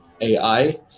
ai